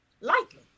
Likely